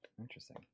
Interesting